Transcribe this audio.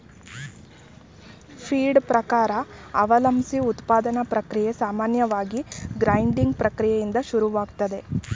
feed ಪ್ರಕಾರ ಅವಲಂಬ್ಸಿ ಉತ್ಪಾದನಾ ಪ್ರಕ್ರಿಯೆ ಸಾಮಾನ್ಯವಾಗಿ ಗ್ರೈಂಡಿಂಗ್ ಪ್ರಕ್ರಿಯೆಯಿಂದ ಶುರುವಾಗ್ತದೆ